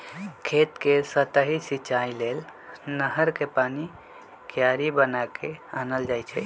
खेत कें सतहि सिचाइ लेल नहर कें पानी क्यारि बना क आनल जाइ छइ